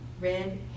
red